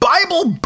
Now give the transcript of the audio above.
Bible